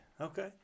okay